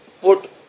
put